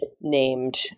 named